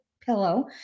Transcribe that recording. pillow